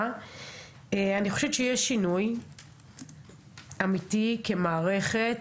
אני גם מאוד ממליצה למשטרה לראות במסקנות,